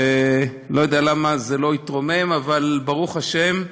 ואני לא יודע למה, זה לא התרומם, אבל ברוך השם,